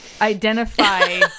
Identify